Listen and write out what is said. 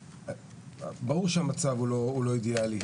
ברור שהמצב הוא לא אידיאלי,